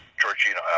Georgina